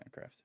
Minecraft